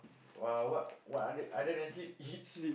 !woah! what what other other than sleep eat